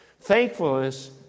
Thankfulness